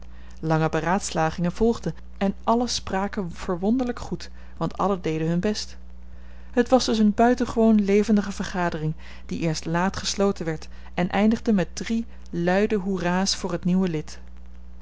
lange beraadslagingen volgden en allen spraken verwonderlijk goed want allen deden hun best het was dus een buitengewoon levendige vergadering die eerst laat gesloten werd en eindigde met drie luide hoera's voor het nieuwe lid